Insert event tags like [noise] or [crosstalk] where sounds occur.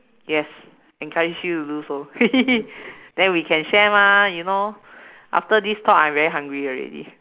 yes encourage you to do so [laughs] then we can share lah you know after this talk I'm very hungry already